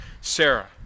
Sarah